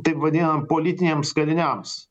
taip vadinam politiniams kaliniams